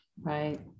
Right